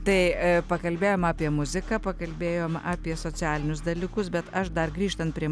tai pakalbėjom apie muziką pakalbėjom apie socialinius dalykus bet aš dar grįžtant prie